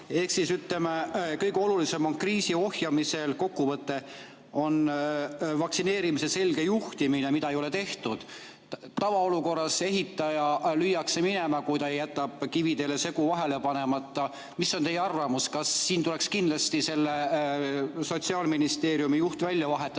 ütleme, et kõige olulisem on kriisi ohjamisel vaktsineerimise selge juhtimine, aga seda ei ole tehtud. Tavaolukorras ehitaja lüüakse minema, kui ta jätab kividele segu vahele panemata. Mis on teie arvamus, kas siin tuleks kindlasti vähemalt Sotsiaalministeeriumi juht välja vahetada,